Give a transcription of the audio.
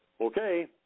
Okay